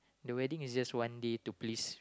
the wedding is just one day to please